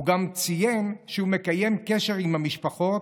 הוא גם ציין שהוא מקיים קשר עם המשפחות,